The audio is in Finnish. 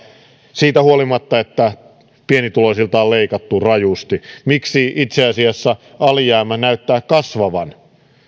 siitä huolimatta että pienituloisilta on leikattu rajusti ja miksi itse asiassa alijäämä näyttää kasvavan